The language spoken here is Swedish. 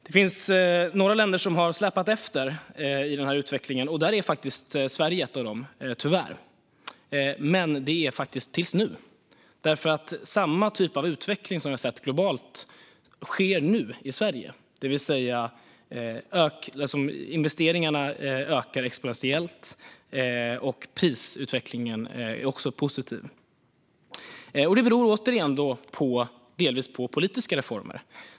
Det finns några länder som har släpat efter i utvecklingen. Sverige är faktiskt ett av dem, tyvärr. Men det gäller bara fram till nu. Samma typ av utveckling som vi har sett globalt sker nämligen nu i Sverige. Det vill säga att investeringarna ökar exponentiellt och att prisutvecklingen är positiv. Det beror återigen delvis på politiska reformer.